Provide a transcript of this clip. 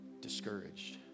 discouraged